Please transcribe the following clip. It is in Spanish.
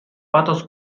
patos